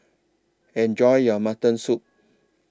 Enjoy your Mutton Soup